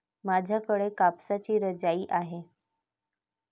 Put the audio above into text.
माझ्याकडे कापसाची रजाई आहे